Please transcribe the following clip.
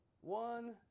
one